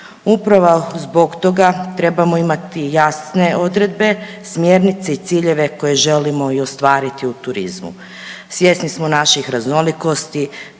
Upravo zbog toga trebamo imati jasne odredbe, smjernice i ciljeve koje želimo i ostvariti u turizmu. Svjesni smo naših raznolikosti,